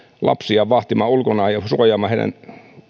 lapsia vahtimaan ulkona ja suojaamaan heidän